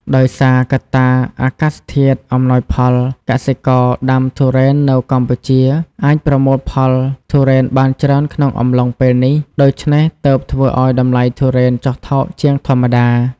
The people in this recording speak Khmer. ដោយសារកត្តាអាកាសធាតុអំណោយផល កសិករដាំទុរេននៅកម្ពុជាអាចប្រមូលផលទុរេនបានច្រើនក្នុងអំឡុងពេលនេះ ដូច្នេះទើបធ្វើឲ្យតម្លៃទុរេនចុះថោកជាងធម្មតា។